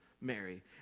Mary